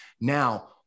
now